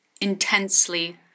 intensely